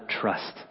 trust